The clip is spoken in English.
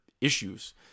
issues